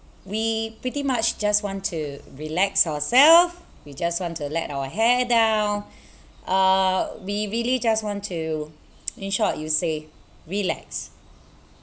we pretty much just want to relax ourself we just want to let our hair down uh we really just want to in short you say relax